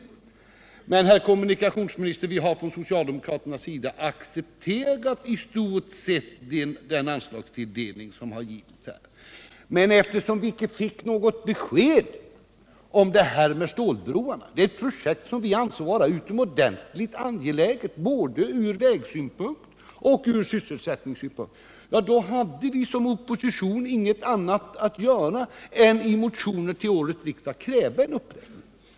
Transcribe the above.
Från socialdemokraternas sida har vi, herr kommunikationsminister, i stort sett accepterat anslagstilldelningen. Men eftersom vi inte fick något besked om stålbroarna, ett projekt som vi anser vara utomordentligt angeläget både från vägsynpunkt och från sysselsättningssynpunkt, hade vi inom oppositionen ingenting annat att göra än att i motioner till årets riksdag kräva en uppräkning.